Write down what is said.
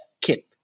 kit